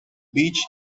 beach